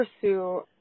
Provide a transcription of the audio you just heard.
pursue